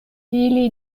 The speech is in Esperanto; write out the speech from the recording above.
ili